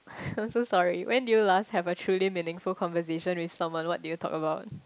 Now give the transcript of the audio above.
I'm so sorry when did you last have a truly meaningful conversation with someone what did you talk about